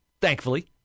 thankfully